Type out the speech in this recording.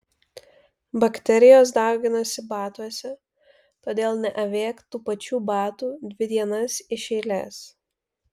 bakterijos dauginasi batuose todėl neavėk tų pačių batų dvi dienas iš eilės